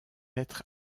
être